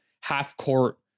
half-court